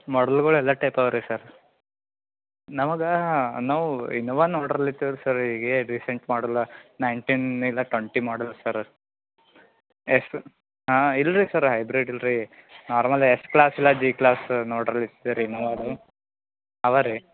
ಮಾಡಲ್ಗಳು ಎಲ್ಲ ಟೈಪ್ ಅವಾ ರೀ ಸರ್ ನಮ್ಗೆ ನಾವು ಇನೋವಾ ನೋಡಲಿಕ sir a recent model nineteen ಇಲ್ಲ ಟೊಂಟಿ ಮಾಡಲ್ ಸರ ಎಷ್ಟು ಹಾಂ ಇಲ್ಲ ರೀ ಸರ್ ಹೈಬ್ರಿಡ್ ಇಲ್ಲ ರೀ ನಾರ್ಮಲ್ ಎಸ್ ಕ್ಲಾಸ್ ಇಲ್ಲ ಜಿ ಕ್ಲಾಸ್ ನೋಡಲಿ ರೀ ಸರ್ ಇನೋವಾದು ಅವಾ ರೀ